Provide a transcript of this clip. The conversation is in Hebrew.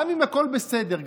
גם אם הכול בסדר,